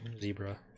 zebra